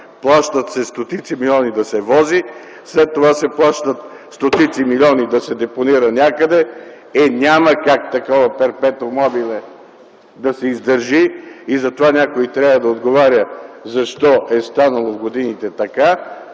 плащат се стотици милиони да се вози, след това се плащат стотици милиони да се депонира някъде. Е, няма как такова перпетуум-мобиле да се издържи. Затова някой трябва да отговаря защо е станало в годините така